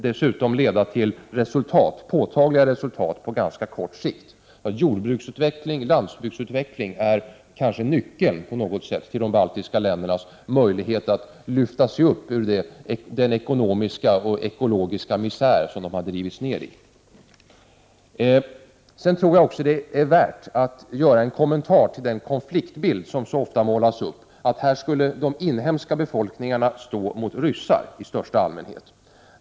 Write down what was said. Dessutom skulle sådana insatser nog leda till påtagliga resultat på ganska kort sikt. Jordbruksoch landsbygdsutveckling är kanske på något sätt nyckeln till framgång beträffande de baltiska ländernas möjligheter att ta sig ur den ekonomiska och ekologiska misär som dessa länder drivits in i. Sedan tror jag att det är värt att kommentera den konfliktbild som så ofta målas upp — att här skulle inhemsk befolkning stå mot ryssar i största allmänhet.